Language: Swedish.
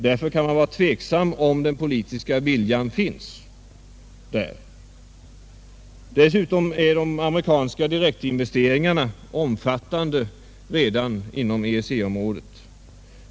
Därför kan man vara tveksam om den politiska viljan finns där. Dessutom är de amerikanska direktinvesteringarna omfattande redan inom EEC-området.